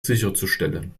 sicherzustellen